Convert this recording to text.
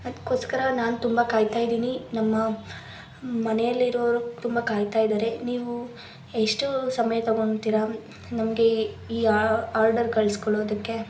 ಅದಕ್ಕೋಸ್ಕರ ನಾನು ತುಂಬ ಕಾಯ್ತಾ ಇದ್ದೀನಿ ನಮ್ಮ ಮನೆಯಲ್ಲಿರೋರು ತುಂಬ ಕಾಯ್ತಾ ಇದ್ದಾರೆ ನೀವು ಎಷ್ಟು ಸಮಯ ತಗೊತೀರಾ ನಮಗೆ ಈ ಆರ್ಡರ್ ಕಳ್ಸ್ಕೊಡೋದಕ್ಕೆ